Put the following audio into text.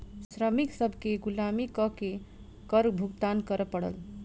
श्रमिक सभ केँ गुलामी कअ के कर भुगतान करअ पड़ल